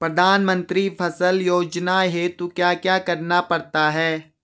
प्रधानमंत्री फसल योजना हेतु क्या क्या करना पड़ता है?